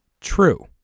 true